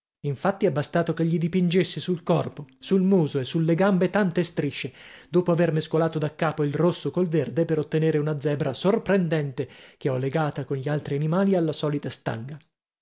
infatti è bastato che gli dipingessi sul corpo sul muso e sulle gambe tante strisce dopo aver mescolato daccapo il rosso col verde per ottenere una zebra sorprendente che ho legata con gli altri animali alla solita stanga